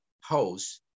house